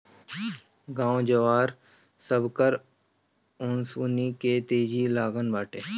गाँव जवार, सबकर ओंसउनी के तेजी लागल बाटे